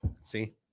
See